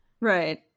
right